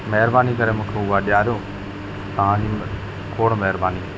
महिरबानी करे मूंखे उहा ॾेआरियो तव्हांजी खोड़ महिरबानी